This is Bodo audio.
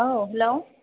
औ हेल'